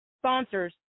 sponsors